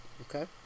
Okay